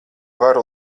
varu